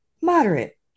moderate